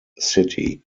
city